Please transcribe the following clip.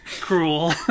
cruel